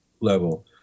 level